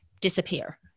disappear